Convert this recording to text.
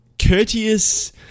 courteous